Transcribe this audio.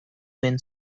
been